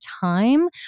time